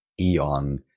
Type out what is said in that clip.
eon